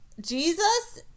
Jesus